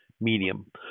medium